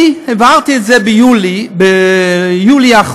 אני העברתי את זה ביולי האחרון.